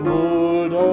Lord